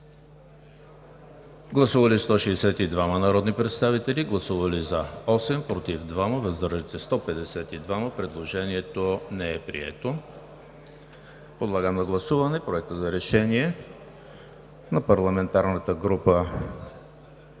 Гласували 162 народни представители: за 8, против 2, въздържали се 152. Предложението не е прието. Подлагам на гласуване Проекта за решение на парламентарната група